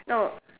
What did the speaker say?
no